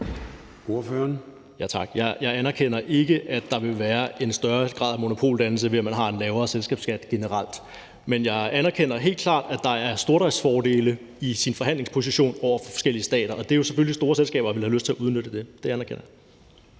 Jeg anerkender ikke, at der vil være en større grad af monopoldannelse, ved at man har en lavere selskabsskat generelt. Men jeg anerkender helt klart, at der er stordriftsfordele i ens forhandlingsposition over for forskellige stater, og det er jo selvfølgelig store selskaber, der vil have lyst til at udnytte det. Det anerkender jeg.